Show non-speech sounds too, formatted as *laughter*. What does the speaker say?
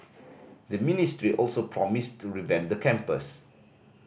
*noise* the ministry also promised to revamp the campus